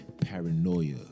paranoia